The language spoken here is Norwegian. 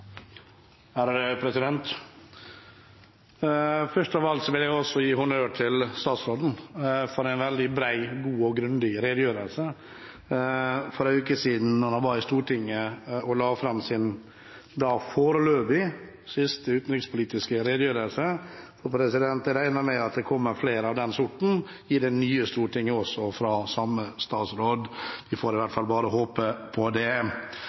vil også jeg gi honnør til utenriksministeren for en veldig bred, god og grundig redegjørelse da han for en uke siden var i Stortinget og la fram sin da foreløpig siste utenrikspolitiske redegjørelse. Jeg regner med at det kommer flere av den sorten også i det nye stortinget, fra samme utenriksminister. Vi får i hvert fall håpe på det.